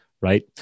right